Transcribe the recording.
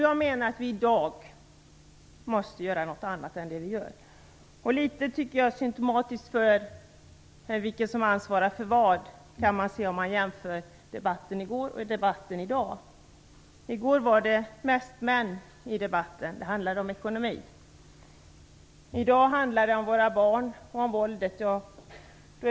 Jag menar att vi i dag måste göra något annat än det vi gör. Det är litet symtomatiskt vilka som ansvarar för vad. Det kan man se om man jämför debatten i går med debatten i dag. I går var det mest män i debatten. Den handlade om ekonomi. I dag handlar det om våra barn och om våldet.